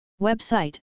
Website